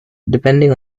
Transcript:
depending